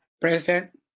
Present